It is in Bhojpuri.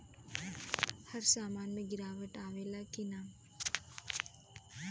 हर सामन के दाम मे गीरावट आवेला कि न?